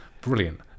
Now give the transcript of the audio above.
brilliant